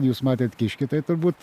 jūs matėte kiškį tai turbūt